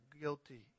guilty